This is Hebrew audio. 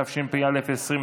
התשפ"א 2020,